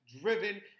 driven